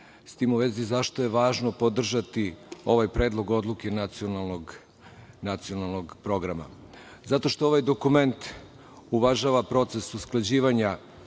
tim u vezi, zašto je važno podržati ovaj predlog odluke nacionalnog programa? Zato što ovaj dokument uvažava proces usklađivanja